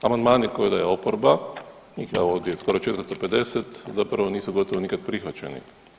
Amandmani koje daje oporba, njih je ovdje skoro 450, zapravo nisu gotovo nikad prihvaćeni.